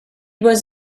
was